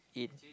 eat